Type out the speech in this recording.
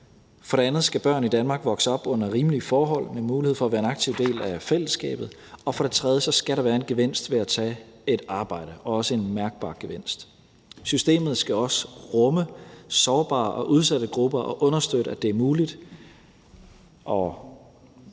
For det andet skal børn i Danmark vokse op under rimelige forhold med mulighed for at være en aktiv del af fællesskabet. Og for det tredje skal der være en gevinst ved at tage et arbejde, også en mærkbar gevinst. Systemet skal også rumme sårbare og udsatte grupper og understøtte, at det er muligt